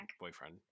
boyfriend